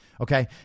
okay